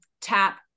tap